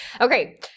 Okay